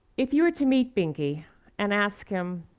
if you were to meet benki and ask him,